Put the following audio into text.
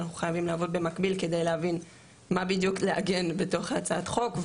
ואנחנו חייבים לעבוד במקביל כדי להבין מה בדיוק לעגן בתוך הצעת החוק,